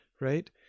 right